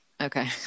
okay